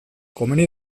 komeni